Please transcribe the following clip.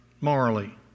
morally